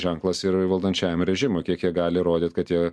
ženklas ir valdančiajam režimui kiek jie gali rodyt kad jie